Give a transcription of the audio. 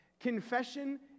Confession